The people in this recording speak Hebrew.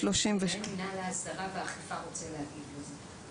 מנהל מינהל ההסדרה והאכיפה רוצה להגיב על זה.